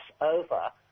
over